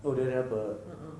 oh the helper